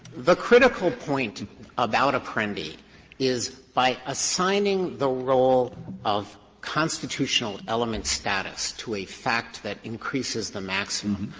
the critical point about apprendi is by assigning the role of constitutional element status to a fact that increases the maximum,